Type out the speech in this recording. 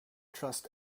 trust